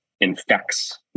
infects